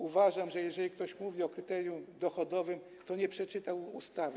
Uważam, że jeżeli ktoś mówi o kryterium dochodowym, to nie przeczytał ustawy.